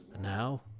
now